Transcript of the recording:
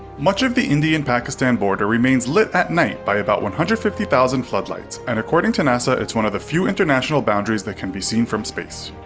much of the indian-pakistan border remains lit at night by about one hundred and fifty thousand floodlights, and according to nasa it's one of the few international boundaries that can be seen from space.